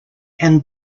and